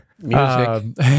Music